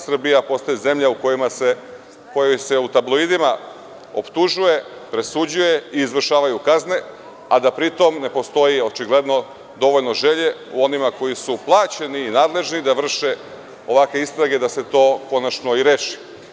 Srbija postaje zemlja u kojoj se u tabloidima optužuje, presuđuje i izvršavaju kazne, a da pri tome ne postoji očigledno dovoljno želje u onima koji su plaćeni i nadležni da vrše ovakve istrage da se to konačno i reši.